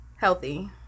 Healthy